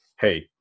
Hey